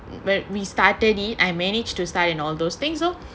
when we started it I managed to start and all those things lor